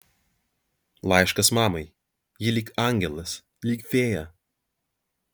laiškas mamai ji lyg angelas lyg fėja